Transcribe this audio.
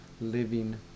Living